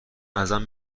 ازم